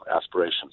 aspirations